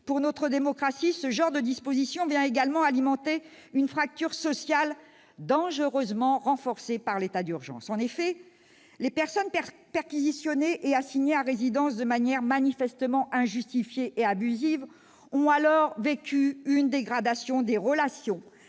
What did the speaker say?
pour notre démocratie, ce genre de disposition vient également alimenter une fracture sociale dangereusement renforcée par l'état d'urgence. En effet, les personnes perquisitionnées et assignées à résidence de manière manifestement injustifiée et abusive ont alors vécu une dégradation des relations